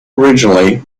originally